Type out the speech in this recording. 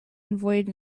avoid